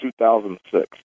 2006